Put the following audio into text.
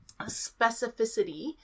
specificity